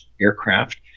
aircraft